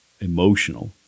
emotional